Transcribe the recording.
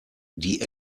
die